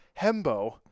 Hembo